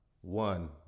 One